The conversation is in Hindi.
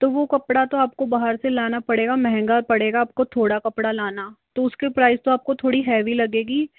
तो वह कपड़ा तो आपको बाहर से लाना पड़ेगा महंगा पड़ेगा आपको थोड़ा कपड़ा लाना तो उसकी प्राइस तो आपको थोड़ी हैवी लगेगी